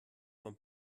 von